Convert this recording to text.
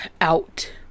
out